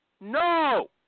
no